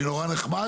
מאוד